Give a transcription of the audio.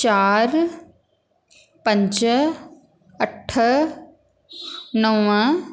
चारि पंज अठ नव